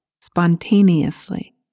spontaneously